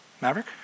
Maverick